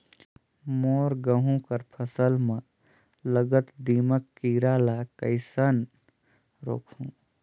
मोर गहूं कर फसल म लगल दीमक कीरा ला कइसन रोकहू?